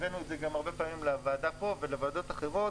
גם הבאנו את זה פעמים רבות לוועדה פה ולוועדות אחרות.